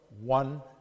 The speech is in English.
one